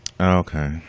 Okay